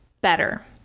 better